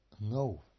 no